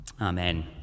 Amen